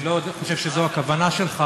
אני לא חושב שזו הכוונה שלך,